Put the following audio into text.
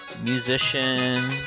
musician